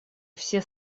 все